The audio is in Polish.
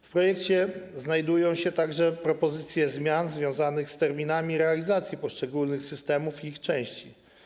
W projekcie znajdują się także propozycje zmian związanych z terminami realizacji poszczególnych systemów i ich części.